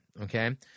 Okay